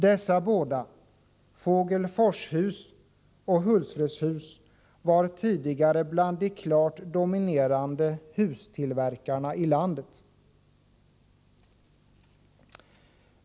Dessa båda, Fågelfors-Hus och Hultsfreds-Hus, var tidigare bland de klart dominerande hustillverkarna i landet.